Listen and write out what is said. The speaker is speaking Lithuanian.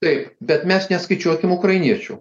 taip bet mes neskaičiuokim ukrainiečių